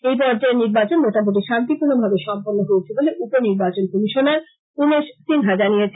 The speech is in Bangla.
এই পর্যায়ের নির্বাচন মোটামোটি শান্তিপূর্ণভাবে সম্পন্ন হয়েছে বলে উপ নির্বাচন কমিশনার উমেশ সিন্হা জানিয়েছেন